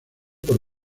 por